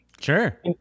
Sure